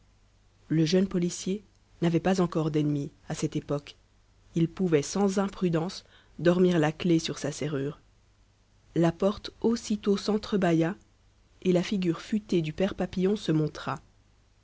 le jeune policier n'avait pas encore d'ennemis à cette époque il pouvait sans imprudence dormir la clé sur sa serrure la porte aussitôt sentre bâilla et la figure futée du père papillon se montra